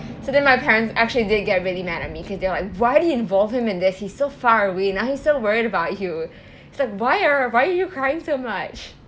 so then my parents actually did get really mad at me because they were like why did you involve him in this he's so far away now he's so worried about you it's like why are why are you crying so much